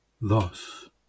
Thus